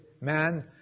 man